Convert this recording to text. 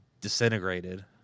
disintegrated